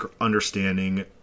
understanding